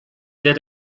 did